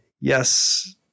Yes